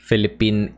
Philippine